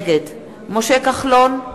נגד משה כחלון,